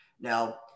Now